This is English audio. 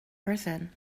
person